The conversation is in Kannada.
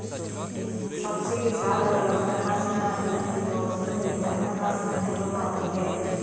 ಸಬ್ಸಿಡಿ ಸಾಲಗಳು ಹಣಕಾಸಿನ ಅಗತ್ಯವಿರುವ ವಸ್ತುಗಳಿಗೆ ಹಣಕಾಸಿನ ನೆರವು ಆಗಿದೆ